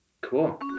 Cool